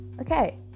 Okay